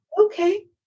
okay